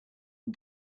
and